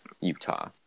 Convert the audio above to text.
Utah